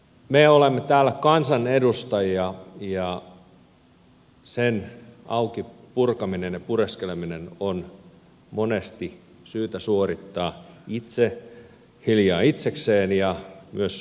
me olemme täällä kansanedustajia ja sen auki purkaminen ja pureskeleminen on monesti syytä suorittaa hiljaa itsekseen ja myös suuremmassa porukassa